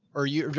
are you?